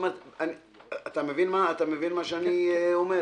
אתה מבין מה שאני אומר?